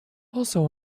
also